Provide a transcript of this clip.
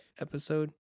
episode